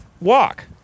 walk